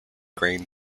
grain